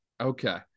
Okay